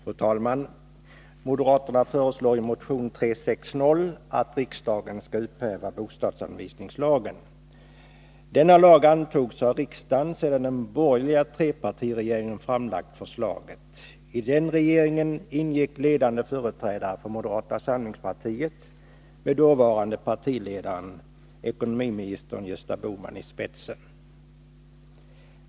Fru talman! Moderaterna föreslår i motion 360 att riksdagen skall upphäva bostadsanvisningslagen. Denna lag antogs av riksdagen, sedan den borgerliga trepartiregeringen framlagt förslaget. I den regeringen ingick ledande företrädare för moderata samlingspartiet med dåvarande partiledaren ekonomiminister Gösta Bohman i spetsen.